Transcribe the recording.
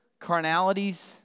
carnalities